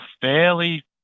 fairly